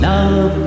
Love